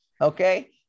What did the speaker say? okay